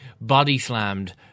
body-slammed